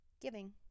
giving